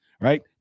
Right